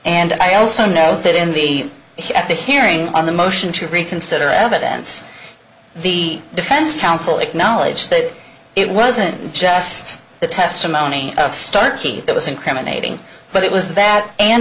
and i also know that in the heat at the hearing on the motion to reconsider evidence the defense counsel acknowledged that it wasn't just the testimony starkey that was incriminating but it was that an